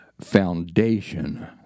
foundation